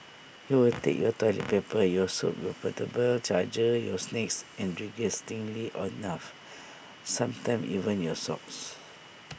he will take your toilet paper your soap your portable charger your snacks and disgustingly enough sometimes even your socks